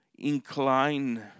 Incline